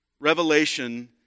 Revelation